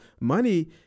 money